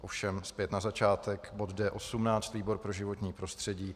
Ovšem zpět na začátek: bod D18, výbor pro životní prostředí.